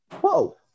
Whoa